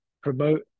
promote